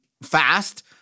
fast